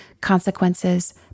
consequences